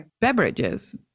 beverages